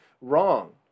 wrong